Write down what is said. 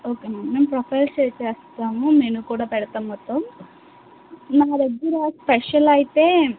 okay ma'am మేము profile share చేస్తాము menu కూడా పెడతాం మొత్తం మా దగ్గర స్పెషల్ అయితే